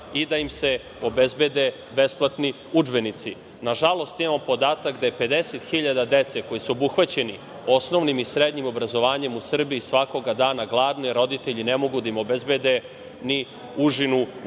i da im se obezbede besplatni udžbenici. Nažalost, imamo podatak je 50.000 dece koja su obuhvaćena osnovnim i srednjim obrazovanjem u Srbiji svakog dana gladno, jer roditelji ne mogu da im obezbede ni užinu u